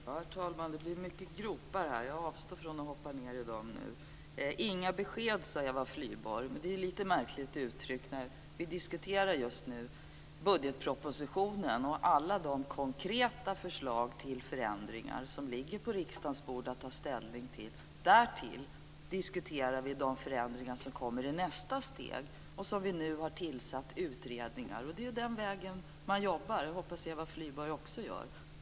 Herr talman! Det blir mycket gropar här. Jag avstår från att hoppa ned i dem nu. Det var inga besked, sade Eva Flyborg. Det är lite märkligt uttryckt. Vi diskuterar just nu budgetpropositionen och alla de konkreta förslag till förändringar som ligger på riksdagens bord att ta ställning till. Därtill diskuterar vi de förändringar som kommer i nästa steg, där vi nu har tillsatt utredningar. Det är ju den vägen man jobbar; det hoppas jag att Eva Flyborg också gör.